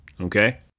okay